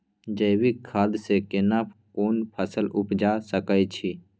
जैविक खाद से केना कोन फसल उपजा सकै छि?